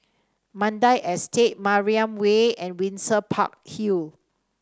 Mandai Estate Mariam Way and Windsor Park Hill